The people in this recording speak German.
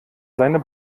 seine